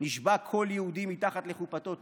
נשבע כל יהודי מתחת לחופתו,